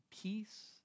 peace